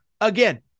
Again